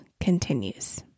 continues